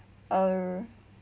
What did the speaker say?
err